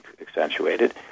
accentuated